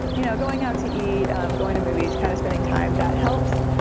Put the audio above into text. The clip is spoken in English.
you know, going out to eat, um going to movies, kind of spending time, that helps,